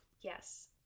Yes